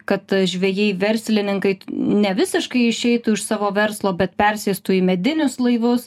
kad žvejai verslininkai nevisiškai išeitų iš savo verslo bet persėstų į medinius laivus